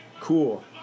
Cool